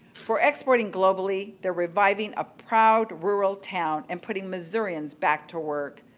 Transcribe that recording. for exporting globally, they're reviving a proud rural town and putting missourians back to work.